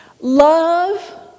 Love